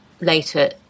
later